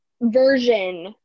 version